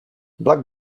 black